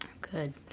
Good